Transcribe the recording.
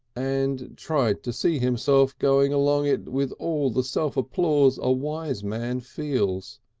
and tried to see himself going along it with all the self-applause a wise man feels.